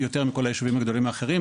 יותר מכל היישובים הגדולים האחרים.